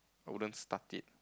I wouldn't start it